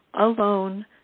alone